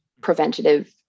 preventative